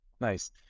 Nice